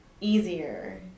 easier